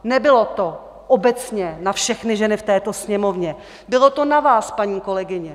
Nebylo to obecně na všechny ženy v této Sněmovně, bylo to na vás, paní kolegyně.